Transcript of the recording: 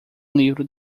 livro